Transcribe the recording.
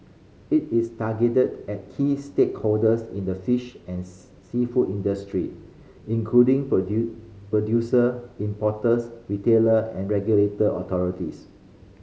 it is targeted at key stakeholders in the fish and seafood industry including producer importers retailer and regulatory authorities